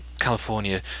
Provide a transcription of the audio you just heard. California